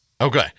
Okay